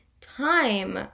time